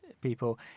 people